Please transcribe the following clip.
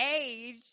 age